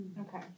Okay